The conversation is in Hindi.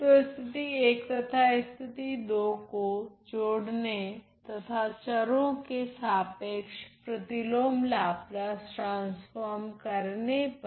तो स्थिति 1 तथा स्थिति 2 को जोड़ने तथा चरो के सापेक्ष प्रतिलोम लाप्लास ट्रांसफोर्म करने पर